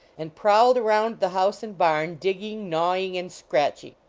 and prowled around the house and barn digging, gnawing and scratching.